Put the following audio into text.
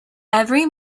every